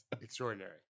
extraordinary